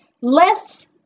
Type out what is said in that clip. less